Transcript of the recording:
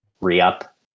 re-up